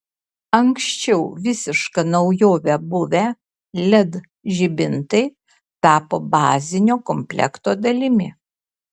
anksčiau visiška naujove buvę led žibintai tapo bazinio komplekto dalimi